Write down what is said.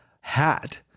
hat